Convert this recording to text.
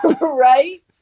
right